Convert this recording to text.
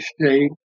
state